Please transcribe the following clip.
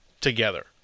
together